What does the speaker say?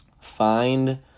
Find